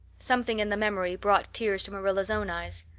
something in the memory brought tears to marilla's own eyes.